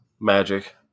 Magic